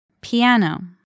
piano